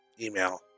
email